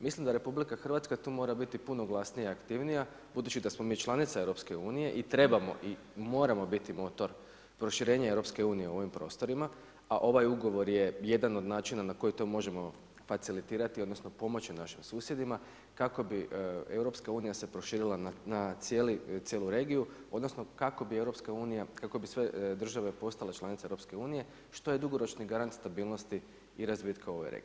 Mislim da RH tu mora biti glasnija i aktivnija budući da smo mi članica EU i trebamo i moramo biti motor proširenja EU u ovim prostorima, a ovoj ugovor je jedan od načina na koji to možemo facilitirati odnosno pomoći našim susjedima kako bi EU se proširila na cijelu regiju odnosno kako bi EU, kako bi sve države postale članice EU što je dugoročni garant stabilnosti i razvitka u ovoj regiji.